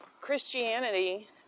Christianity